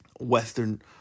Western